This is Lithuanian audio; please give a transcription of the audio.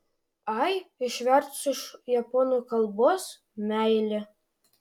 ai išvertus iš japonų kalbos meilė